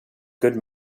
good